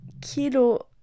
Kilo